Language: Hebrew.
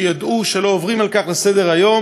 שידעו שלא עוברים על כך לסדר-היום?